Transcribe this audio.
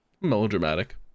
melodramatic